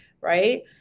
right